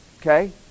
Okay